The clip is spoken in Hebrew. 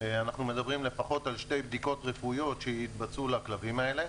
אנחנו מדברים לפחות על שתי בדיקות רפואיות שיבוצעו בכלבים,